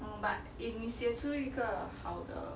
but if 你写出一个好的